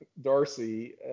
Darcy